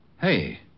hey